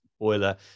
boiler